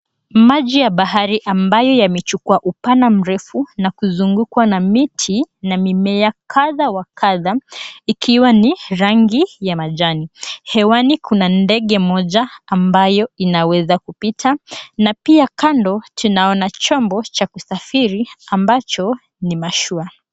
Maji ya bahari ambayo yamechukua upana mrefu na kuzungukwa na miti na mimea kadha wa kadha ikiwa ni rangi ya majani. Hewani kuna ndege moja ambayo inaweza kupita na pia kando tunaona chombo cha kusafiri ambacho ni mashua.